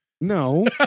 No